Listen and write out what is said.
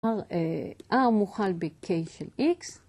R מוכל ב K של X.